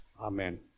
Amen